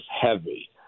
heavy